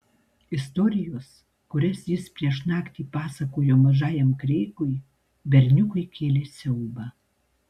istorijos kurias jis prieš naktį pasakojo mažajam kreigui berniukui kėlė siaubą